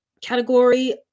category